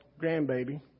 grandbaby